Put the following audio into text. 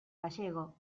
gallego